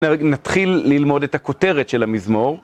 נתחיל ללמוד את הכותרת של המזמור.